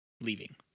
leaving